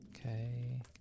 Okay